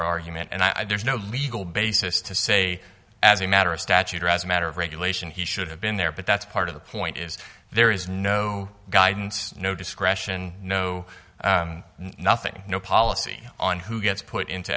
our argument and i do is no legal basis to say as a matter of statute or as a matter of regulation he should have been there but that's part of the point is there is no guidance no discretion no nothing no policy on who gets put into